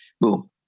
Boom